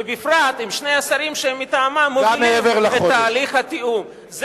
ובפרט עם שני השרים שמובילים מטעמה את תהליך התיאום.